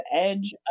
edge